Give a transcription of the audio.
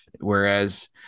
Whereas